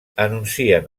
anuncien